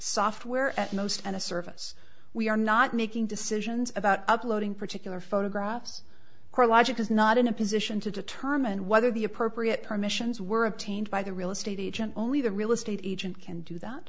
software at most and a service we are not making decisions about uploading particular photographs or logic is not in a position to determine whether the appropriate permissions were obtained by the real estate agent only the real estate agent can do that